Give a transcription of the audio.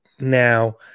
Now